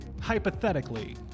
hypothetically